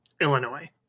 Illinois